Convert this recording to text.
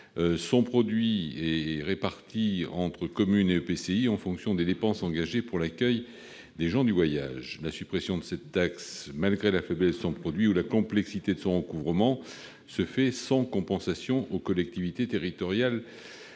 Son produit est réparti entre communes et EPCI en fonction des dépenses engagées pour l'accueil des gens du voyage. La suppression de cette taxe, malgré la faiblesse de son produit ou la complexité de son recouvrement, se fait sans compensation aux collectivités territoriales